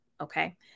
okay